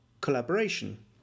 collaboration